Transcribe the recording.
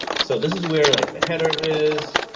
so this is where like the header is,